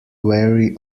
wary